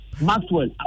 Maxwell